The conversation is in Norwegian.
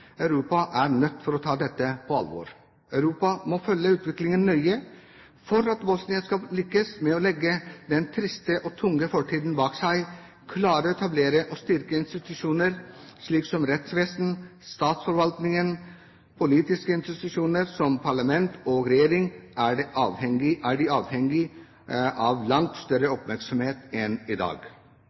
Europa er nødt til å ta dette på alvor. Europa må følge utviklingen nøye. For at Bosnia skal lykkes med å legge den triste og tunge fortiden bak seg og klare å etablere og styrke institusjoner, slik som rettsvesen, statsforvaltning og politiske institusjoner som parlament og regjering, er de avhengig av langt større oppmerksomhet enn i dag.